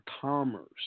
commerce